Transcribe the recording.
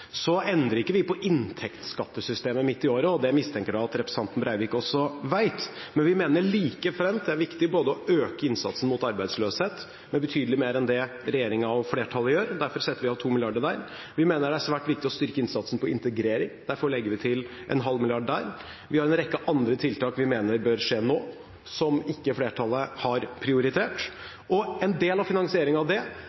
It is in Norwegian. endrer ikke på inntektsskattesystemet midt i året, og det mistenker jeg at representanten Breivik også vet. Men vi mener likefremt at det er viktig å øke innsatsen mot arbeidsløshet med betydelig mer enn det regjeringen og flertallet gjør, og derfor setter vi av 2 mrd. kr til det. Vi mener det er svært viktig å styrke innsatsen for integrering, og derfor foreslår vi en halv milliard kr til det. Vi har en rekke andre tiltak vi mener bør gjennomføres nå, som flertallet ikke har prioritert,